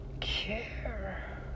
Care